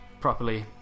properly